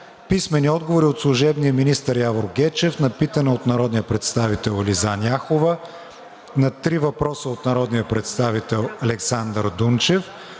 Мирчев; - служебния министър Явор Гечев на питане от народния представител Ализан Яхова; на три въпроса от народния представител Александър Дунчев;